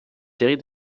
séries